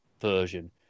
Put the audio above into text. version